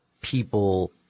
people